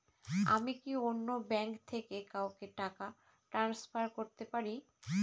আমি কি অন্য ব্যাঙ্ক থেকে কাউকে টাকা ট্রান্সফার করতে পারি?